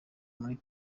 muri